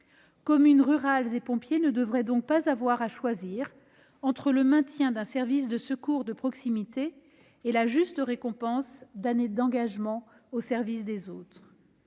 Communes rurales et pompiers ne devraient donc pas avoir à choisir entre le maintien d'un service de secours de proximité et la juste récompense d'années d'engagement au service des autres.